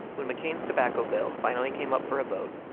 when mccain's tobacco bill finally came up for a vote,